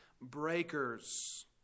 breakers